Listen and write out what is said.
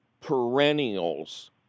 perennials